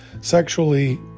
sexually